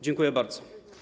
Dziękuję bardzo.